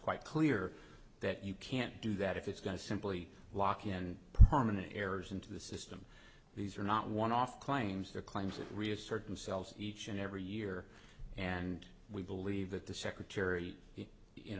quite clear that you can't do that if it's going to simply lock in harmony errors into the system these are not one off claims the claims are reassert themselves each and every year and we believe that the secretary in